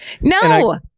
No